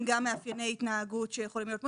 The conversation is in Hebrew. גם מאפייני התנהגות שיכולים להיות מניפולטיביים,